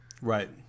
right